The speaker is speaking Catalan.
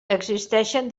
existeixen